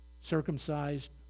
circumcised